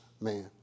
man